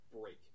break